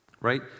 right